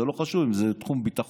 זה לא חשוב אם זה בתחום ביטחון,